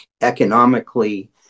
economically